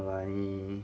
um